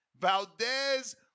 Valdez